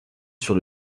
sur